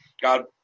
God